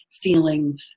feeling